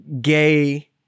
gay